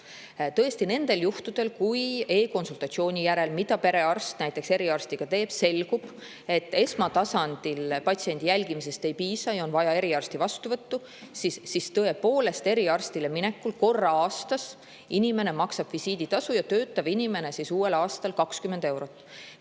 Tõesti, nendel juhtudel, kui e-konsultatsiooni järel, mida perearst näiteks eriarstiga teeb, selgub, et esmatasandil patsiendi jälgimisest ei piisa ja on vaja eriarsti vastuvõttu, siis tõepoolest, eriarsti juurde minekul korra aastas inimene maksab visiiditasu, töötav inimene siis uuel aastal 20 eurot.